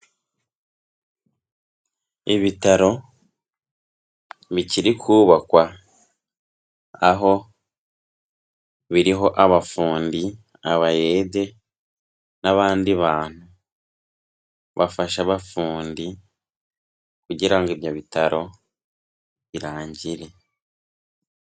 Ibitaro bikiri kubakwa aho biriho abafundi, abayede n'abandi bantu bafasha abafundi kugira ngo ibyo bitaro birangire.